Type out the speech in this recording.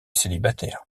célibataire